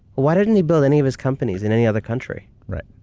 why didn't he build any of his companies in any other country? right.